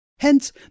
Hence